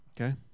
Okay